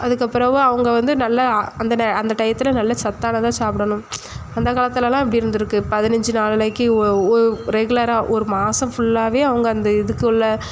அதுக்கப்பறமாக அவங்க வந்து நல்ல அந்த நே அந்த டையத்தில் நல்ல சத்தானதாக சாப்பிடணும் அந்த காலத்தில்லாம் அப்படி இருந்துருக்கு பதினஞ்சு நாளைக்கு ஒ ஒ ரெகுலராக ஒரு மாதம் ஃபுல்லாகவே அவங்க அந்த இதுக்கு உள்ளே